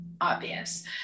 obvious